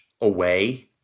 away